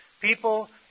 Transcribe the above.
People